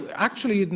actually,